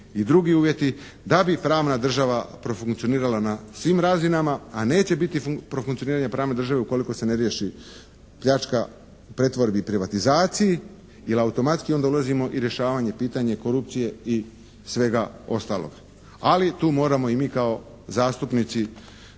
i drugi uvjeti da bi pravna država profunkcionirala na svim razinama, a neće biti profunkcioniranja pravne države ukoliko se ne riješi pljačka pretvorbe i privatizacije. Jer automatski onda dolazimo i rješavanje pitanje korupcije i svega ostaloga. Ali tu moramo i mi kao zastupnici